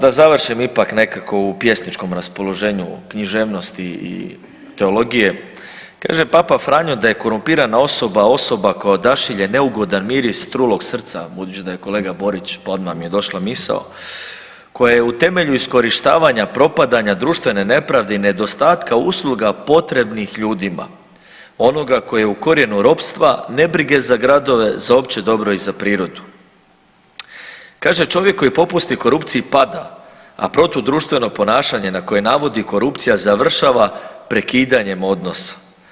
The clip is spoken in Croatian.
Pa da završim ipak nekako u pjesničkom raspoloženju književnosti i teologije, kaže Papa Franjo da je „korumpirana osoba, osoba koja odašilje neugodan miris trulog srca“, budući da je kolega Borić pa odma mi je došla misao „koja je u temelju iskorištavanja propadanja društvene nepravde i nedostatka usluga potrebnih ljudima onoga koji je u korijenu ropstva nebrige za gradove za opće dobro i za prirodu.“ Kaže, „čovjek koji popusti korupciji pada, a protudruštveno ponašanje na koje navodi korupcija završava prekidanjem odnosa.